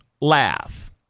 laugh